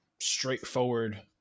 straightforward